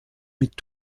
mit